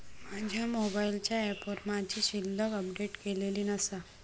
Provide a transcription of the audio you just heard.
माझ्या मोबाईलच्या ऍपवर माझी शिल्लक अपडेट केलेली नसा